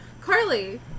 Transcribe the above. Carly